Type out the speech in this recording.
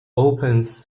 opens